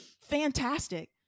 fantastic